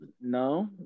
No